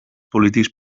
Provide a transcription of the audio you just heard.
polítics